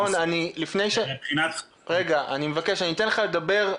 אני אתן לדבר,